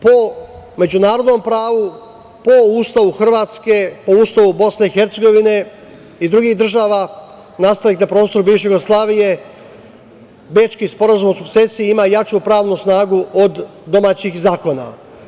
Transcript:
Po međunarodnom pravu, po Ustavu Hrvatske, po Ustavu BiH i drugih država nastalih na prostoru bivše Jugoslavije, Bečki sporazum o sukcesiji ima jaču pravnu snagu od domaćih zakona.